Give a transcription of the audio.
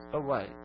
away